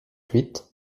huit